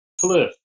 Cliff